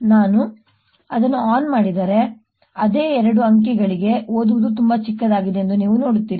ನಾನು ಅದನ್ನು ಆನ್ ಮಾಡಿದರೆ ಅದೇ ಎರಡು ಅಂಕಗಳಿಗೆ ಓದುವುದು ತುಂಬಾ ಚಿಕ್ಕದಾಗಿದೆ ಎಂದು ನೀವು ನೋಡುತ್ತೀರಿ